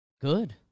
Good